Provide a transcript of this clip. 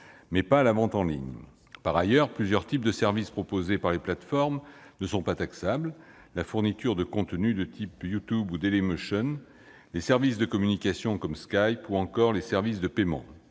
mais non la vente en ligne. Par ailleurs, plusieurs types de services proposés par les plateformes ne sont pas taxables : la fourniture de contenus de type YouTube ou Dailymotion et les services de communication comme Skype, ou encore les services de paiement.